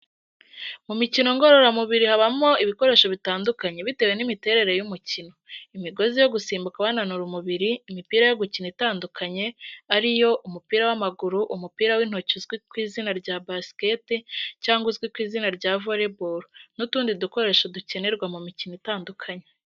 Mu mikino ngororamubiri habamo ibikoresho bitandukanye, bitewe n'imiterere y'umukino, imogozi yo gusimbuka bananura umubiri, imipira yo gukina itandukanye, ariyo umupira w'amaguru, umupira w'intoki uzwi ku izina rya basikete cyangwa uzwi ku izina rya volleyball, n'utundi dukoresho dukenerwa mu mikino itandukanye.